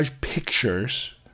pictures